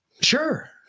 Sure